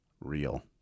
Real